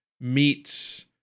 meets